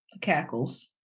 cackles